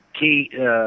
key